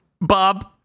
Bob